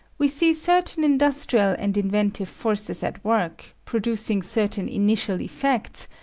we see certain industrial and inventive forces at work, producing certain initial effects,